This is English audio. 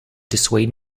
dissuade